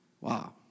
Wow